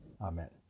Amen